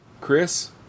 Chris